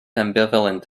ambivalent